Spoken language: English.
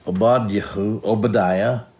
Obadiah